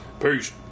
Peace